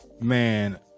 man